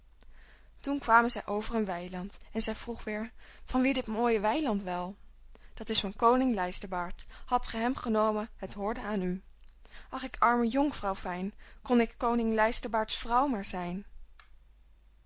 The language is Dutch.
toen kwamen zij over een weiland en zij vroeg weêr van wie dit mooie weiland wel dat is van koning lijsterbaard had ge hem genomen het hoorde aan u ach ik arme jonkvrouw fijn kon k koning lijsterbaard's vrouw maar zijn